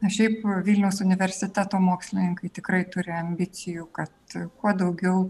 o šiaip vilniaus universiteto mokslininkai tikrai turi ambicijų kad kuo daugiau